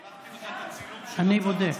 שלחתי לך את הצילום, אני בודק.